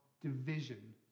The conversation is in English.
division